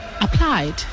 applied